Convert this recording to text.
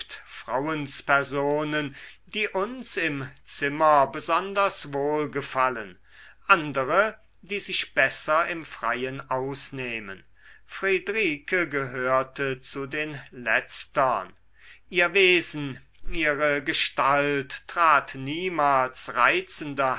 frauenspersonen die uns im zimmer besonders wohl gefallen andere die sich besser im freien ausnehmen friedrike gehörte zu den letztern ihr wesen ihre gestalt trat niemals reizender